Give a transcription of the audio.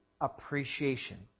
appreciation